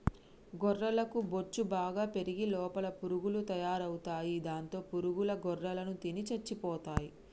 గొర్రెలకు బొచ్చు బాగా పెరిగి లోపల పురుగులు తయారవుతాయి దాంతో పురుగుల గొర్రెలను తిని చచ్చిపోతాయి